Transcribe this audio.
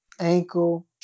ankle